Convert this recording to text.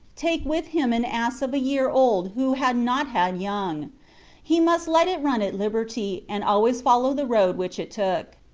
take with him an ass of a year old who had not had young he must let it run at liberty, and always follow the road which it took.